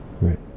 right